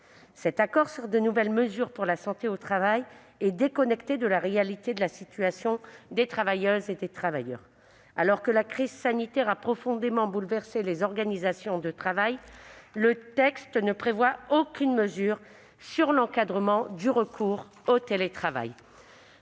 Cet accord sur de nouvelles mesures pour la santé au travail est déconnecté de la réalité de la situation des travailleuses et des travailleurs. Alors que la crise sanitaire a profondément bouleversé les organisations de travail, le texte ne prévoit aucune mesure sur l'encadrement du recours au télétravail.